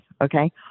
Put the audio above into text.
okay